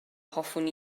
hoffwn